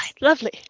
lovely